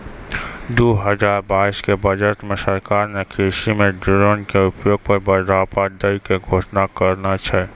दू हजार बाइस के बजट मॅ सरकार नॅ कृषि मॅ ड्रोन के उपयोग पर बढ़ावा दै के घोषणा करनॅ छै